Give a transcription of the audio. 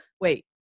wait